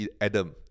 Adam